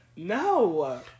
No